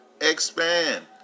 Expand